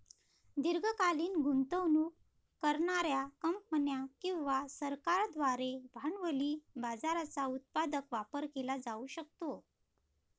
दीर्घकालीन गुंतवणूक करणार्या कंपन्या किंवा सरकारांद्वारे भांडवली बाजाराचा उत्पादक वापर केला जाऊ शकतो